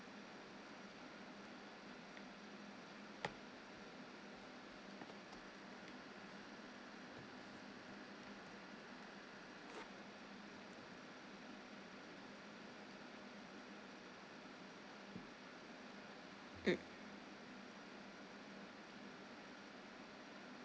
mm